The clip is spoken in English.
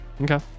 okay